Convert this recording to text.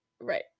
Right